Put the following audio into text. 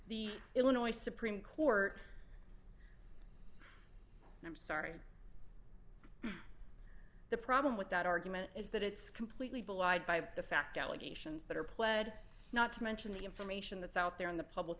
the illinois supreme court i'm sorry the problem with that argument is that it's completely belied by the fact allegations that are pled not to mention the information that's out there in the public